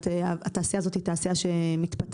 התעשייה הזאת היא תעשייה שמתפתחת,